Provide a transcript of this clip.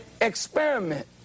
experiment